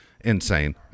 insane